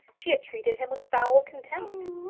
she had treated him with foul contempt.